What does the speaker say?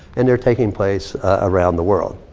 and they're taking place around the world.